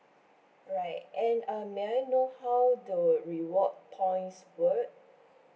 right and uh may I know how the reward points work